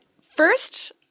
first